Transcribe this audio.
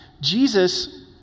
Jesus